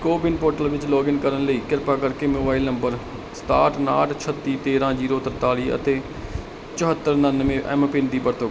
CoWIN portal ਵਿੱਚ login ਕਰਨ ਲਈ ਕਿਰਪਾ ਕਰਕੇ ਮੋਬਾਈਲ ਨੰਬਰ ਸਤਾਹਠ ਉਨਾਹਠ ਛੱਤੀ ਤੇਰ੍ਹਾਂ ਜ਼ੀਰੋ ਤਰਤਾਲੀ ਅਤੇ ਚੋਹੱਤਰ ਉਣਾਨਵੇਂ ਐੱਮ ਪਿੰਨ ਦੀ ਵਰਤੋਂ ਕਰੋ